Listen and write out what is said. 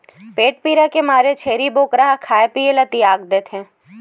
पेट पीरा के मारे छेरी बोकरा ह खाए पिए ल तियाग देथे